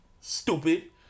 stupid